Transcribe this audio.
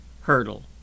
hurdle